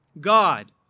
God